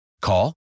Call